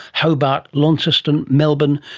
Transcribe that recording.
hobart, launceston, melbourne,